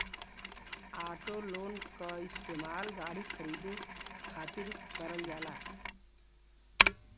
auto loan क इस्तेमाल गाड़ी खरीदे खातिर करल जाला